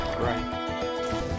Right